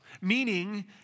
meaning